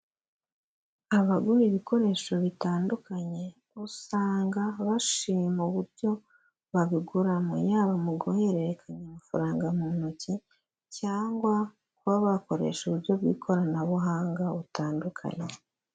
Abagura ibikoresho bitandukanye, usanga bashima uburyo babiguramo, yaba mu guhererekanya amafaranga mu ntoki cyangwa kuba bakoresha uburyo bw'ikoranabuhanga butandukanye.